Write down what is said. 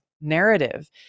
narrative